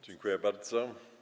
Dziękuję bardzo.